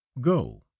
go